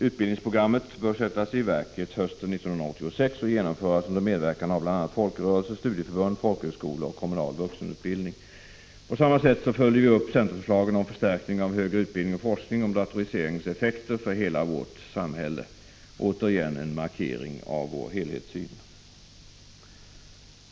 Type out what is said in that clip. Utbildningsprogrammet bör sättas i verket hösten 1986 och genomföras under medverkan av bl.a. folkrörelser, studieförbund, folkhögskolor och kommunal vuxenutbildning. På samma sätt följer vi upp centerförslaget om förstärkning av högre utbildning och forskning om datoriseringens effekter för hela vårt samhälle — återigen en markering av vår helhetssyn.